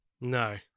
No